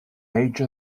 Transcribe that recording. age